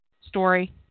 story